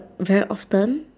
very often